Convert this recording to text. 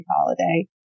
holiday